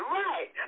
right